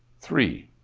three.